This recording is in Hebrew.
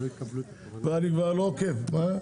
אני כבר לא עוקב...